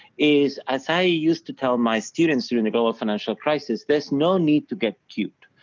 is as i used to tell my students during the global financial crisis, there's no need to get cute.